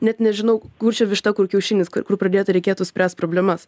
net nežinau kur čia višta kur kiaušinis kur pradėti reikėtų spręst problemas